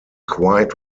quiet